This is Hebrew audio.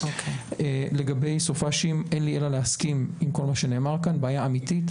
זאת אומרת, אתם כן תלכו לאיזשהו מודל, אתם תפרסמו